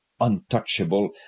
untouchable